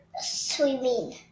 swimming